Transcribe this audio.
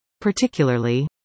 Particularly